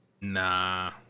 Nah